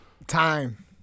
Time